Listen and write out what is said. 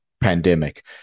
pandemic